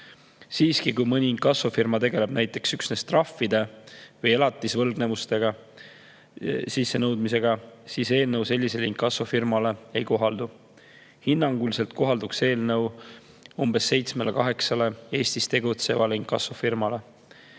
Siiski, kui mõni inkassofirma tegeleb näiteks üksnes trahvide või elatisvõlgnevuste sissenõudmisega, siis eelnõu sellisele inkassofirmale ei kohaldu. Hinnanguliselt kohaldub eelnõu umbes 7–8-le Eestis tegutsevale inkassofirmale.